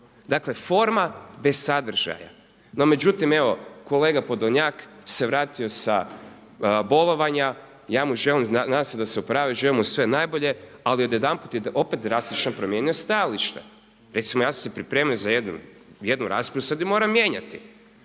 Dakle, forma bez sadržaja. No međutim, evo kolega Podolnjak se vratio sa bolovanja i ja mu želim, nadam se da se oporavio, želim mu sve najbolje ali odjedanput je opet drastično promijenio stajalište. Recimo ja sam se pripremio za jednu raspravu i sad je moram mijenjati.